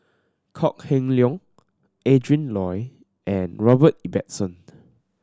Kok Heng Leun Adrin Loi and Robert Ibbetson